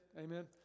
amen